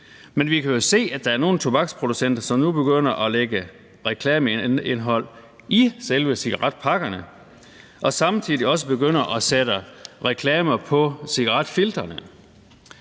men vi kan jo se, at der er nogle tobaksproducenter, som nu begynder at lægge reklameindhold i selve cigaretpakkerne og samtidig også begynder at sætte reklamer på cigaretfiltrene.